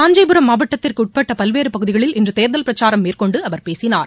காஞ்சிபுரம் மாவட்டத்திற்கு உட்பட்ட பல்வேறு பகுதிகளில் இன்று தேர்தல் பிரச்சாரம் மேற்கொண்டு அவர் பேசினார்